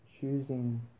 choosing